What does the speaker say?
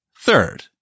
Third